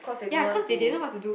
ya cause they didn't know what to do